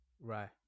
right